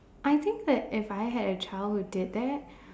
I think that if I had a childhood did that